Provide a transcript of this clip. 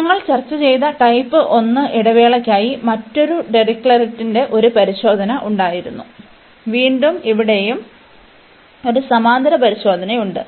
ഞങ്ങൾ ചർച്ച ചെയ്ത ടൈപ്പ് 1 ഇടവേളയ്ക്കായി മറ്റൊരു ഡിറിക്ലെറ്റിന്റെ ഒരു പരിശോധന ഉണ്ടായിരുന്നു വീണ്ടും ഇവിടെയും ഒരു സമാന്തര പരിശോധനയുണ്ട്